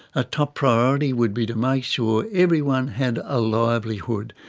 a top priority would be to make sure everyone had a livelihood,